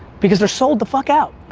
because they're sold the fuck out.